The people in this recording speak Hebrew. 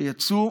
שיצאו